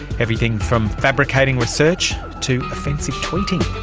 everything from fabricating research to offensive tweeting.